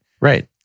Right